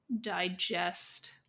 digest